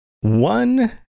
one